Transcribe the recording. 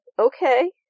okay